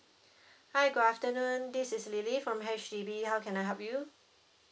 hi good afternoon this is lily from H_D_B how can I help you